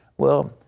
well,